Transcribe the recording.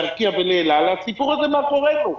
ארקיע ואל-על הסיפור הזה יהיה מאחורינו.